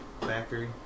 factory